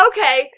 Okay